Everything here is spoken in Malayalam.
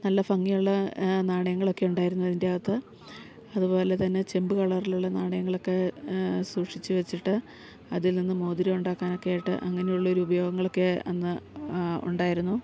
നല്ല ഭംഗിയുള്ള നാണയങ്ങളൊക്കെ ഉണ്ടായിരുന്നു അതിൻറ്റകത്ത് അതു പോലെ തന്നെ ചെമ്പ് കളറിലുള്ള നാണയങ്ങളൊക്കെ സൂക്ഷിച്ച് വെച്ചിട്ട് അതിൽ നിന്നും മോതിരം ഉണ്ടാക്കാനൊക്കെ ആയിട്ട് അങ്ങനെയുള്ളൊരു ഉപയോഗങ്ങളൊക്കെ അന്ന് ഉണ്ടായിരുന്നു